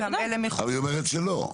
אבל, היא אומרת שלא.